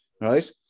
right